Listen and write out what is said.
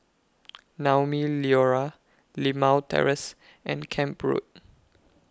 Naumi Liora Limau Terrace and Camp Road